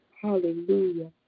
Hallelujah